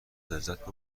لذت